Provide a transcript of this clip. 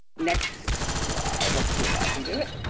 next slide. let's see if i can do it.